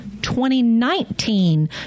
2019